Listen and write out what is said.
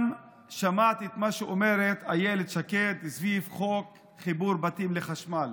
שמעתי גם את מה שאומרת אילת שקד סביב חוק חיבור בתים לחשמל